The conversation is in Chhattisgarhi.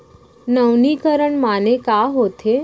नवीनीकरण माने का होथे?